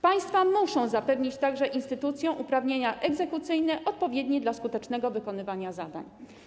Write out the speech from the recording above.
Państwa muszą zapewnić także instytucjom uprawnienia egzekucyjne odpowiednie dla skutecznego wykonywania zadań.